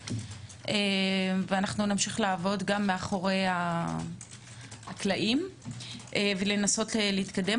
ואנחנו נמשיך לעבוד גם מאחורי הקלעים ולנסות להתקדם.